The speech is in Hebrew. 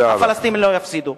הפלסטינים לא יפסידו.